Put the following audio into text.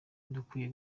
dukwiye